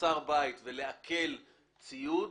לחצר בית ולעקל ציוד